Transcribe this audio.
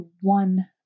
one